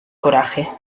coraje